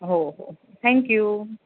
हो हो थँक्यू